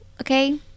Okay